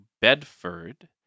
Bedford